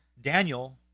Daniel